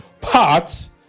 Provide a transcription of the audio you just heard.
parts